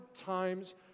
times